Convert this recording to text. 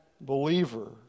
believer